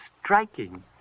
striking